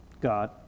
God